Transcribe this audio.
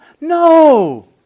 No